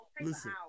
listen